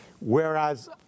whereas